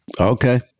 Okay